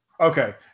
Okay